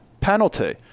penalty